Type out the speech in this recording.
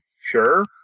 sure